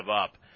up